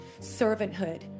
servanthood